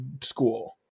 school